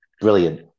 brilliant